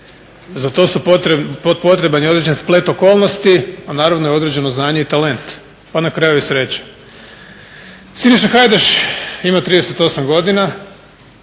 Za to je potreban određen splet okolnosti i naravno određeno znanje i talent, pa na kraju i sreća. Siniša Hajdaš ima 38 godina,